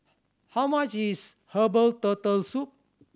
how much is herbal Turtle Soup